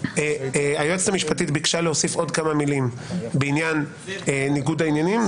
היועצת המשפטית ביקשה להוסיף עוד כמה מילים בעניין ניגוד העניינים.